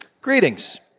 Greetings